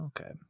Okay